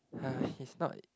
ha he's not